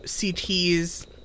CT's